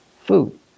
food